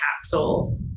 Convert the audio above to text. capsule